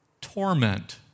torment